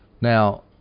Now